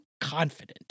confident